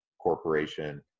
corporation